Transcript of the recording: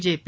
JP